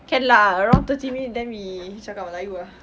can lah around thirty minute then we cakap melayu ah